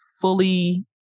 fully